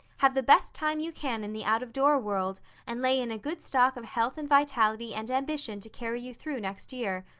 have the best time you can in the out-of-door world and lay in a good stock of health and vitality and ambition to carry you through next year.